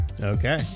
Okay